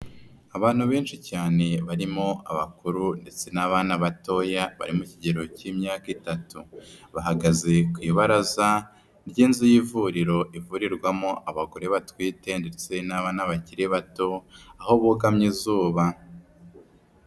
Abantu benshi cyane barimo abakuru ndetse n'abana batoya bari mu kigero cy'imyaka itatu, bahagaze ku ibaraza ry'inzu y'ivuriro ivurirwamo abagore batwite ndetse n'abana bakiri bato, aho bugamye izuba.